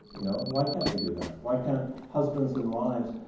you know why can't we do that? why can't husbands and wives